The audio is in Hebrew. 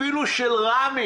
אפילו של רמ"י,